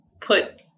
put